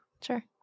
sure